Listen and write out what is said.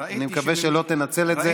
אני מקווה שלא תנצל את זה,